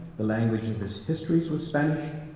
the language of his histories were spanish,